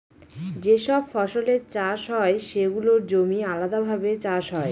যে সব ফসলের চাষ হয় সেগুলোর জমি আলাদাভাবে চাষ হয়